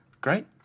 Great